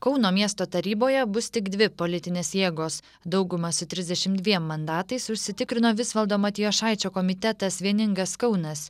kauno miesto taryboje bus tik dvi politinės jėgos daugumą su trisdešimt dviem mandatais užsitikrino visvaldo matijošaičio komitetas vieningas kaunas